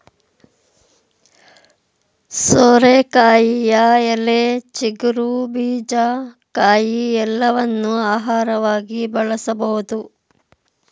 ಸೋರೆಕಾಯಿಯ ಎಲೆ, ಚಿಗುರು, ಬೀಜ, ಕಾಯಿ ಎಲ್ಲವನ್ನೂ ಆಹಾರವಾಗಿ ಬಳಸಬೋದು